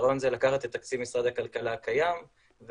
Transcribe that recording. שהרעיון זה לקחת את תקציב משרד הכלכלה הקיים ולחלק